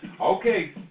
Okay